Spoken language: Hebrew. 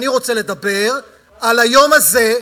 הנושא הוא "הדסה", ואני רוצה לדבר על היום הזה,